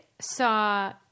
saw